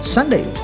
Sunday